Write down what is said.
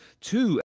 two